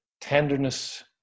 tenderness